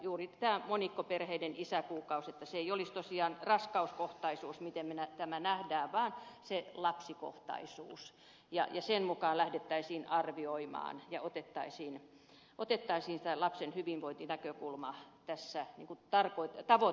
juuri tätä monikkoperheiden isäkuukautta ei tosiaan tulisi nähdä raskauskohtaisesti vaan lapsikohtaisesti ja sen mukaan tulisi lähteä arvioimaan ja ottaa lapsen hyvinvointinäkökulma tässä tavoitteeksi